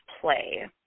play